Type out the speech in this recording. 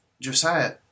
Josiah